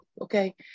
Okay